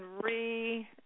re